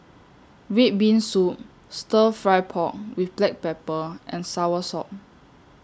Red Bean Soup Stir Fry Pork with Black Pepper and Soursop